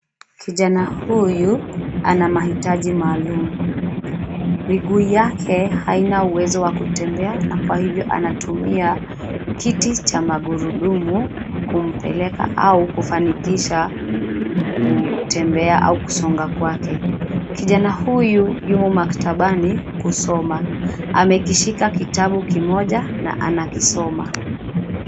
Kijana huyu ana mahitaji maalum. Miguu yake haina uwezo wa kutembea na kwa hivyo anatumia kiti cha magurudumu, kumpeleka au kufanikisha kutembea au kusonga kwake. Kijana huyu yumo maktabani kusoma. Amekishika kitabu kimoja na anakisoma.